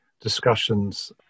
discussions